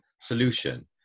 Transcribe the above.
solution